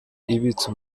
ibitse